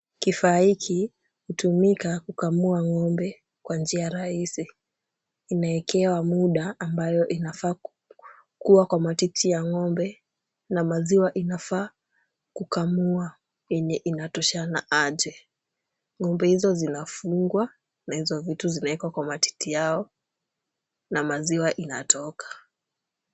Kifaa hiki hutumika kukamua ng'ombe kwa njia rahisi. Inaekewa muda ambayo inafaa kuwa kwa matiti ya ng'ombe na maziwa inafaa kukamua yenye inatoshana aje. Ng'ombe hizo zinafungwa na hizo vitu zinawekwa kwa matiti yao na maziwa inatoka.